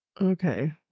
Okay